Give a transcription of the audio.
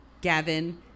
Gavin